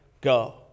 go